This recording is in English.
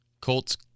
Colts